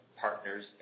partners